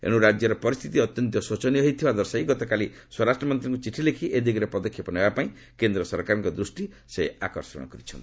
ଏଣୁ ରାଜ୍ୟର ପରିସ୍ଥିତି ଅତ୍ୟନ୍ତ ଶୋଚନୀୟ ହୋଇଯାଇଥିବା ଦର୍ଶାଇ ଗତକାଲି ସ୍ୱରାଷ୍ଟ୍ରମନ୍ତ୍ରୀଙ୍କ ଚିଠି ଲେଖି ଏଦିଗରେ ପଦକ୍ଷେପ ନେବାପାଇଁ କେନ୍ଦ୍ର ସରକାରଙ୍କ ଦୃଷ୍ଟି ଆକର୍ଷଣ କରିଛନ୍ତି